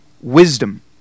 wisdom